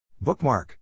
Bookmark